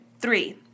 three